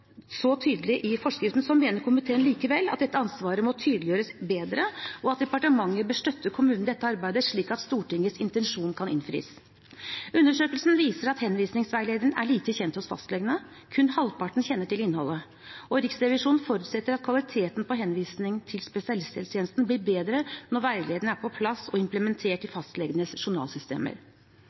så tydelig i forskriften, mener komiteen likevel at dette ansvaret må tydeliggjøres bedre, og at departementet bør støtte kommunene i dette arbeidet, slik at Stortingets intensjon kan innfris. Undersøkelsen viser at henvisningsveilederen er lite kjent hos fastlegene. Kun halvparten kjenner til innholdet. Riksrevisjonen forutsetter at kvaliteten på henvisningene til spesialisthelsetjenesten blir bedre når veilederen er på plass og implementert i fastlegenes journalsystemer.